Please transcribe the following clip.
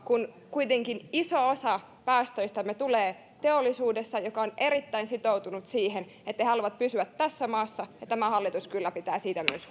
kun kuitenkin iso osa päästöistämme tulee teollisuudessa joka on erittäin sitoutunut siihen että he haluavat pysyä tässä maassa tämä hallitus kyllä pitää siitä myös